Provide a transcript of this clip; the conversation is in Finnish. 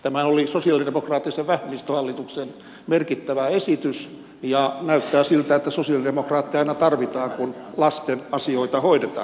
tämähän oli sosialidemokraattisen vähemmistöhallituksen merkittävä esitys ja näyttää siltä että sosialidemokraatteja aina tarvitaan kun lasten asioita hoidetaan